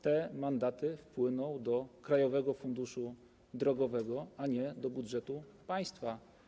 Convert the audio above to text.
Te mandaty wpłyną do Krajowego Funduszu Drogowego, a nie do budżetu państwa.